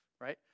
right